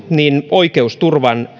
oikeusturvan